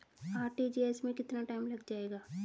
RTGS में कितना time लग जाएगा?